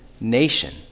nation